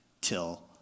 till